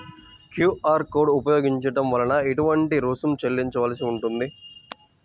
QR code ఉపయోగించటం వలన ఏటువంటి రుసుం చెల్లించవలసి ఉంటుంది?